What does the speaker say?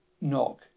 Knock